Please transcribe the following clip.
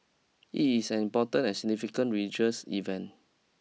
it is an important and significant religious event